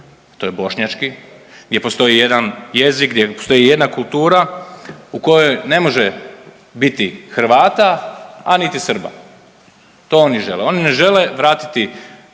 to je bošnjački, gdje postoji jedan jezik, gdje postoji jedna kultura u kojoj ne može biti Hrvata, a niti Srba. To oni žele. Oni ne žele vratiti postavke